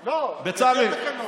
בצלאל,